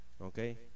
Okay